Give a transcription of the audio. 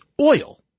oil